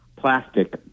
plastic